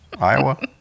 Iowa